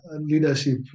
leadership